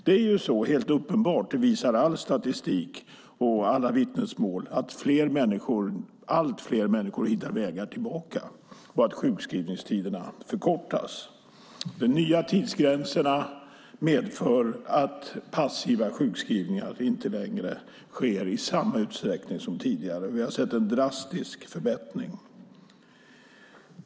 Det är helt uppenbart så - det visar all statistik och alla vittnesmål - att allt fler människor hittar vägar tillbaka och att sjukskrivningstiderna förkortas. De nya tidsgränserna medför att passiva sjukskrivningar inte längre sker i samma utsträckning som tidigare. Vi har sett en klar förbättring.